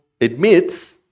admits